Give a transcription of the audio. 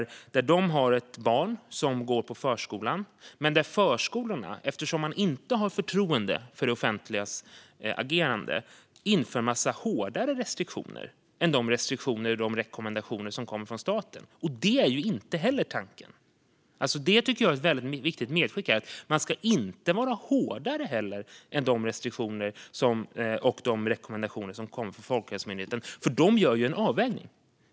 De har ett barn som går på förskolan, men eftersom förskolorna inte har förtroende för det offentligas agerande inför de massor av hårdare restriktioner än de restriktioner och rekommendationer som kommer från staten. Det här är ju inte heller tanken. Det tycker jag är ett viktigt medskick: Man ska inte heller vara hårdare än de restriktioner och rekommendationer som kommer från Folkhälsomyndigheten, för den gör en avvägning.